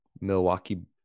Milwaukee